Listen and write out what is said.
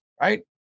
Right